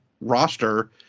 roster